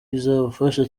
izafasha